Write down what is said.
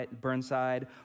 Burnside